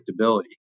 predictability